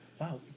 Wow